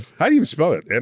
how do you spell it? and